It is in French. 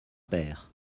père